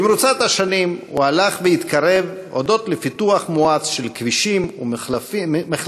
במרוצת השנים הוא הלך והתקרב הודות לפיתוח מואץ של כבישים ומחלפים,